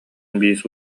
биис